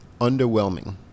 Underwhelming